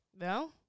No